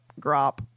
Grop